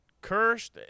Cursed